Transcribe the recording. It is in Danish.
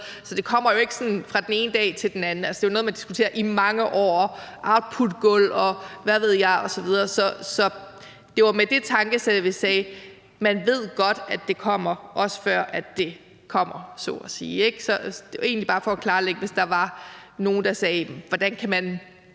Så det kommer ikke fra den ene dag til den anden. Det er noget, man har diskuteret i mange år – outputgulv, og hvad ved jeg osv. Så det var med det tankesæt, vi sagde, at man godt ved, at det kommer, også før det kommer, så at sige. Så det var egentlig bare for at klarlægge det, hvis der var nogen, der spurgte, hvordan man kan